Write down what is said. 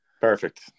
perfect